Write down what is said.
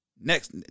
next